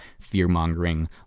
fear-mongering